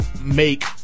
make